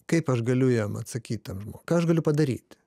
kaip aš galiu jam atsakyt tam žmogui ką aš galiu padaryti